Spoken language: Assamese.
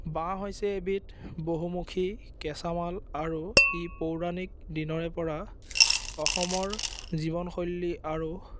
বাঁহ হৈছে এবিধ বহুমুখী কেঁচামাল আৰু ই পৌৰাণিক দিনৰে পৰা অসমৰ জীৱনশৈলী আৰু